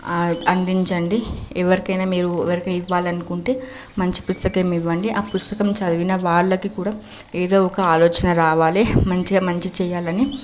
అ అందించండి ఎవరికైనా మీరు ఎవరికి ఇవ్వాలి అనుకుంటే మంచి పుస్తకం ఇవ్వండి ఆ పుస్తకం చదివిన వాళ్ళకి కూడా ఏదో ఒక ఆలోచన రావాలి మంచిగా మంచి చేయాలని